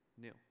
new